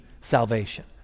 salvation